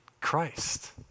Christ